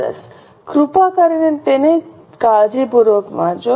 સરસ કૃપા કરીને તેને કાળજીપૂર્વક વાંચો